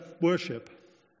worship